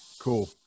Cool